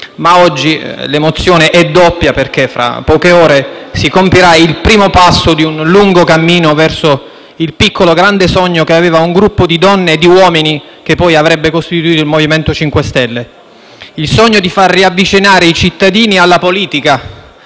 ma oggi l'emozione è doppia perché fra poche ore si compirà il primo passo di un lungo cammino verso il piccolo, grande sogno che aveva un gruppo di donne e di uomini che poi avrebbe costituito il MoVimento 5 Stelle: il sogno di far riavvicinare i cittadini alla politica,